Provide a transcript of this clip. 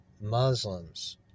Muslims